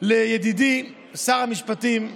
לידידי שר המשפטים.